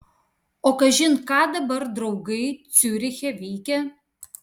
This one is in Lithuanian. o kažin ką dabar draugai ciuriche veikia